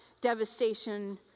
devastation